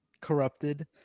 corrupted